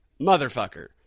motherfucker